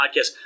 podcast